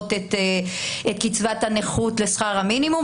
להשוות את קצבת הנכות לשכר המינימום,